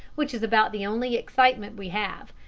which is about the only excitement we have.